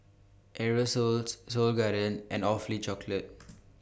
Aerosoles Seoul Garden and Awfully Chocolate